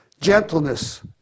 Gentleness